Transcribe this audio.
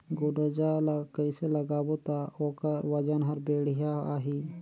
गुनजा ला कइसे लगाबो ता ओकर वजन हर बेडिया आही?